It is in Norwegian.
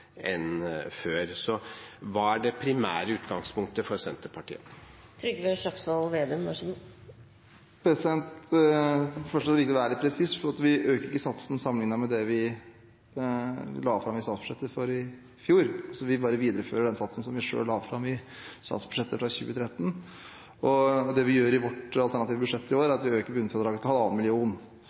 enn før. Hva er det primære utgangspunktet for Senterpartiet? For det første er det viktig å være litt presis, for vi øker ikke satsen sammenliknet med det vi la fram i statsbudsjettet for i fjor. Vi bare viderefører den satsen vi selv la fram i statsbudsjettet for 2013. Det vi gjør i vårt alternative budsjett i år, er å øke bunnfradraget til